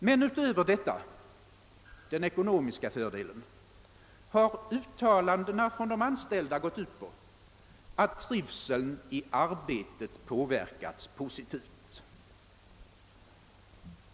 Men uttalandena från de anställda har också gått ut på att trivseln i arbetet påverkats positivt.